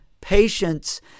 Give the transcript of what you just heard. Patience